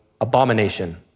abomination